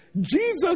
Jesus